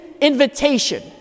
invitation